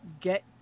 get